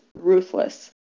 ruthless